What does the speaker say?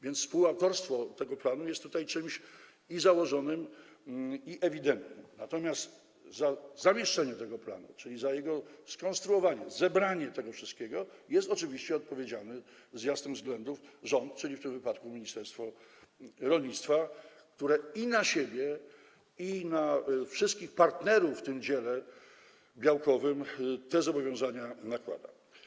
Współautorstwo tego planu jest czymś założonym i ewidentnym, natomiast za zamieszczenie tego planu, czyli za jego skonstruowanie, zebranie tego wszystkiego, jest oczywiście z jasnych względów odpowiedzialny rząd, czyli w tym wypadku ministerstwo rolnictwa, które i na siebie, i na wszystkich partnerów w tym dziele białkowym te zobowiązania nakłada.